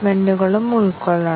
ഇപ്പോൾ നമുക്ക് ഇത് നോക്കാം